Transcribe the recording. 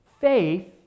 Faith